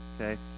Okay